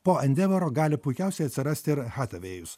po endevoro gali puikiausiai atsirasti ir hatavėjus